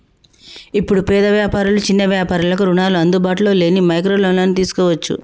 ఇప్పుడు పేద వ్యాపారులు చిన్న వ్యాపారులకు రుణాలు అందుబాటులో లేని మైక్రో లోన్లను తీసుకోవచ్చు